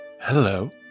Hello